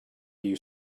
you